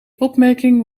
opmerking